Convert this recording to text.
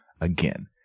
again